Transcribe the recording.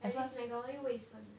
at least McDonald's 又卫生